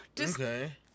Okay